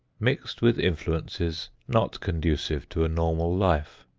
mixed with influences not conducive to a normal life.